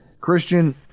Christian